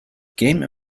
game